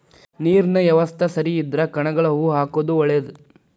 ನೇರಿನ ಯವಸ್ತಾ ಸರಿ ಇದ್ರ ಕನಗಲ ಹೂ ಹಾಕುದ ಒಳೇದ